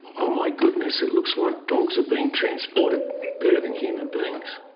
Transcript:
oh, my goodness, it looks like dogs are being transported better than human beings.